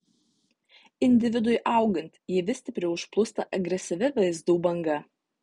individui augant jį vis stipriau užplūsta agresyvi vaizdų banga